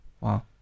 Wow